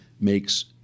makes –